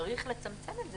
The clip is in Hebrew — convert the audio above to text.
צריך לצמצם את זה.